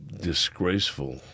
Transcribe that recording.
disgraceful